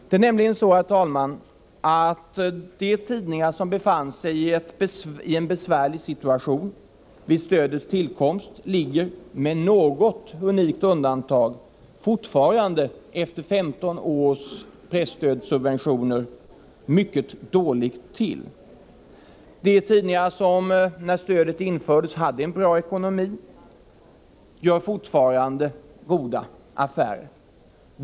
De tidningar som befann sig i en besvärlig situation vid stödets tillkomst ligger, med något unikt undantag, fortfarande, efter 15 års presstödssubventioner, mycket dåligt till. De tidningar som när stödet infördes hade en bra ekonomi gör fortfarande goda affärer.